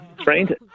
Trained